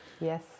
Yes